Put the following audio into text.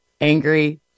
angry